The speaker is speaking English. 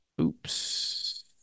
oops